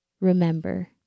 Remember